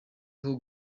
aho